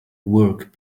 work